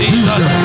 Jesus